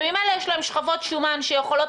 שממילא יש להם שכבות שומן שיכולות